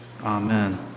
Amen